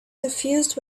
suffused